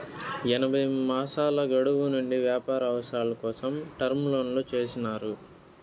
ఎనభై మాసాల గడువు నుండి వ్యాపార అవసరాల కోసం టర్మ్ లోన్లు చేసినారు